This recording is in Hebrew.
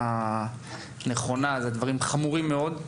אכן נכונה, הדברים חמורים מאוד.